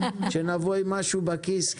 שנבוא עם משהו בכיס,